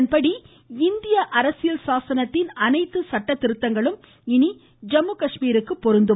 இதன்படி இந்திய அரசியல் சாசனத்தின் அனைத்து சட்ட திருத்தங்களும் இனி ஜம்மு காஷ்மீருக்கு பொருந்தும்